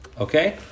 okay